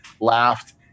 laughed